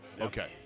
Okay